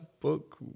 Book